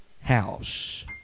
house